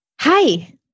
Hi